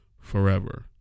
forever